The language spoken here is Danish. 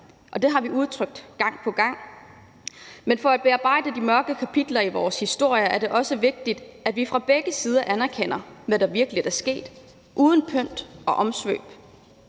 og det har vi udtrykt gang på gang. Men for at bearbejde de mørke kapitler i vores historie er det også vigtigt, at vi fra begge sider anerkender, hvad der virkelig er sket uden pynt og omsvøb.